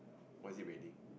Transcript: what is it raining